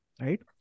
right